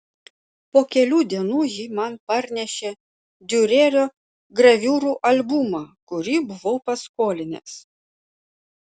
po kelių dienų ji man parnešė diurerio graviūrų albumą kurį buvau paskolinęs